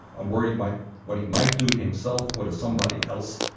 i'm worried he might what he might do to himself or to somebody else,